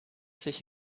sich